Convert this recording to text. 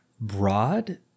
broad